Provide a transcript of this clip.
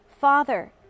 Father